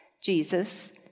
Jesus